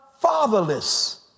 fatherless